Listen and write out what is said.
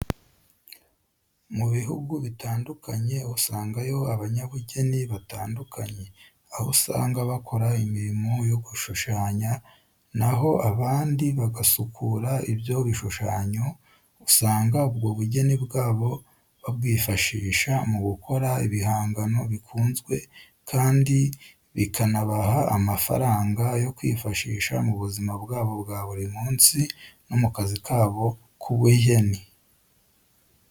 Mu bihugu bitandukanye usangayo abanyabugeni batandukanye, aho usanga bakora imirimo yo gushushanya na ho abandi bagasukura ibyo bishushanyo, usanga ubwo bugeni bwabo babwifashisha mu gukora ibihangano bikunzwe kandi bikanabaha amafaranga yo kwifashisha mu buzima bwabo bwa buri munsi no mu kazi kabo k'ubujyeni.